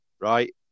right